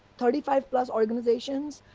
thirty five organizations,